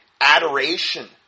adoration